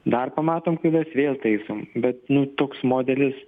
dar pamatom klaidas vėl taisom bet nu toks modelis